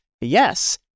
yes